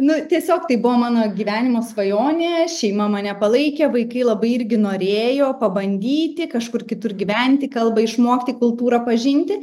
nu tiesiog tai buvo mano gyvenimo svajonė šeima mane palaikė vaikai labai irgi norėjo pabandyti kažkur kitur gyventi kalbą išmokti kultūrą pažinti